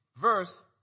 verse